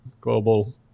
global